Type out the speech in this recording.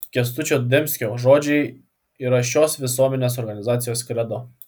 kęstučio demskio žodžiai yra šios visuomeninės organizacijos kredo